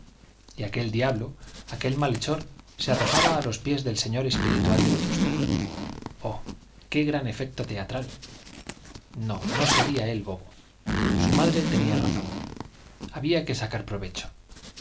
y aquel diablo aquel malhechor se arrojaba a los pies del señor espiritual de vetusta oh qué gran efecto teatral no no sería él bobo su madre tenía razón había que sacar provecho